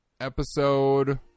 episode